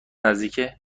نزدیکه